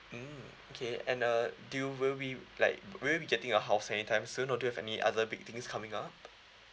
mm okay and uh do you will be like will you be getting a house anytime soon or do you have any other big things coming up